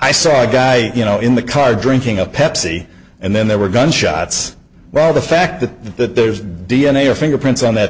i saw a guy you know in the car drinking a pepsi and then there were gunshots rob the fact that there's d n a or fingerprints on that